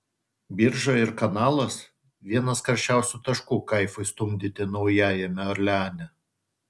birža ir kanalas vienas karščiausių taškų kaifui stumdyti naujajame orleane